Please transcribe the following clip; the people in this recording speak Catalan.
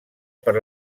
per